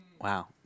Wow